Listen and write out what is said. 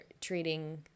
treating